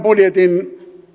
budjetin